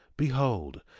behold,